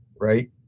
right